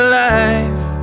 life